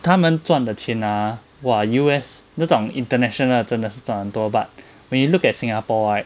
他们赚的钱 ah !wah! U_S 那种 international 的真的是赚很多 but when you look at singapore right